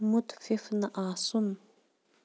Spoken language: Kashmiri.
مُتفِف نہٕ آسُن